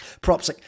props